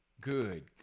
good